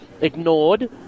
Ignored